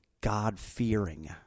God-fearing